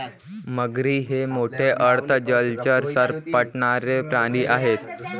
मगरी हे मोठे अर्ध जलचर सरपटणारे प्राणी आहेत